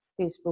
Facebook